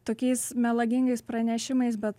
tokiais melagingais pranešimais bet